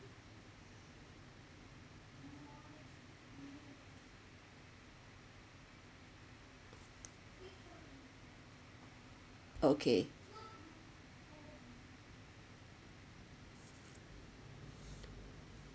okay